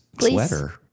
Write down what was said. sweater